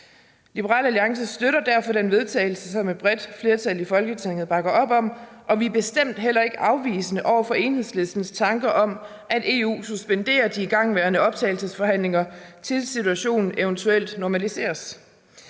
Liberal Alliance støtter derfor det forslag til vedtagelse, som et bredt flertal i Folketinget bakker op om, og vi er bestemt heller ikke afvisende over for Enhedslistens tanke om, at EU suspenderer de igangværende optagelsesforhandlinger, til situationen eventuelt normaliseres.